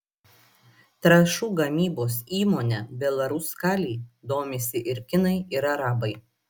trąšų gamybos įmone belaruskalij domisi ir kinai ir arabai